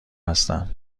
هستم